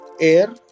air